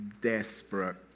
desperate